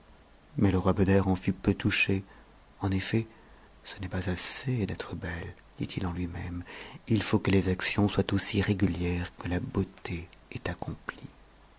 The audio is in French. mais le roi beder en fut peu touché en effet ce n'est pas assez d'être belle dit-il en lui-même il faut que les actions soient aussi régulières que la beauté est accomplie